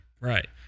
Right